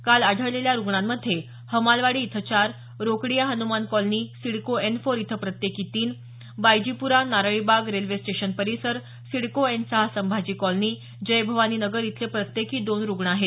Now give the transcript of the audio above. काल आढळलेल्या रुग्णांमध्ये हमालवाडी इथं चार Rokadiya Hanuman colony CIDCO N four इथं प्रत्येकी तीन बायजीप्रा नारळीबाग रेल्वे स्टेशन परिसर सिडको एन सहा संभाजी कॉलनी जय भवानी नगर इथले प्रत्येकी दोन रुग्ण आहेत